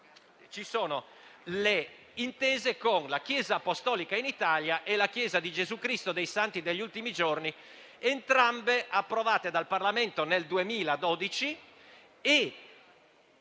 ci sono le intese con la Chiesa apostolica in Italia e la Chiesa di Gesù Cristo dei santi degli ultimi giorni, entrambe approvate dal Parlamento nel 2012